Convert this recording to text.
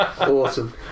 Awesome